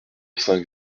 cinq